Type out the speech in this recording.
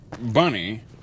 Bunny